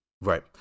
Right